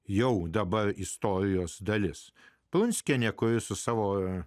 jau dabar istorijos dalis prunskienė kuri su savo